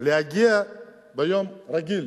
להגיע ביום רגיל